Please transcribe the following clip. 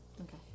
Okay